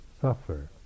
suffer